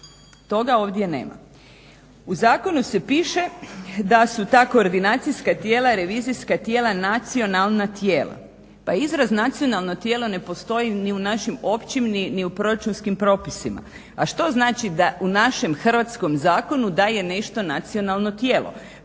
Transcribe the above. Toga ovdje nema. U zakonu se piše da su ta koordinacijska tijela i revizijska tijela nacionalna tijela. Pa izraz nacionalno tijelo ne postoji ni u našim općim, ni u proračunskim propisima. A što znači, da u našem hrvatskom zakonu, da je nešto nacionalno tijelo?